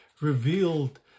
revealed